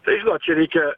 tai žinot čia reikia